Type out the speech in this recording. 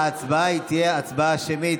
ההצבעה תהיה הצבעה שמית.